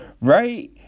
Right